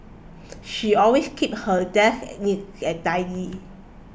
she always keeps her desk neat and tidy